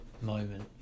moment